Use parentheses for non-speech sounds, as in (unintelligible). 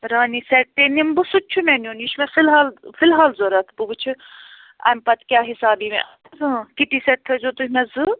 رانی set تیٚے نِمہٕ بہٕ سُہ تہِ چھُ مےٚ نیٛن یہِ چھُ مےٚ فی الحال فی الحال ضروٗرت بہٕ وُچھہِ اَمہِ پَتہٕ کیٛاہ حِساب یی مےٚ (unintelligible) کِٹی سیٚٹ تھٲیزیٛو تُہۍ مےٚ زٕ